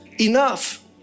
enough